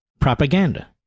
propaganda